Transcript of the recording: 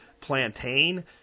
Plantain